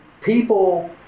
people